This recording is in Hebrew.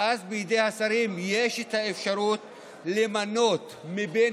ואז בידי השרים יש את האפשרות למנות מבין